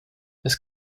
this